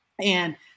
and-